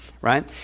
right